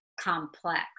complex